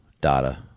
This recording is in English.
data